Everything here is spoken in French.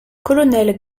colonel